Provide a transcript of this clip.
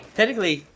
Technically